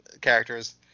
characters